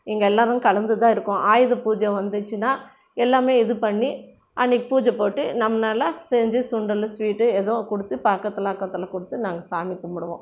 இங்கே எல்லோரும் கலந்து தான் இருக்கோம் ஆயுத பூஜை வந்துச்சுனா எல்லாமே இது பண்ணி அன்றைக்கி பூஜை போட்டு நம்மனாள செஞ்சு சுண்டலு ஸ்வீட்டு ஏதோ கொடுத்து பக்கத்தில் அக்கத்தில் கொடுத்து நாங்கள் சாமி கும்பிடுவோம்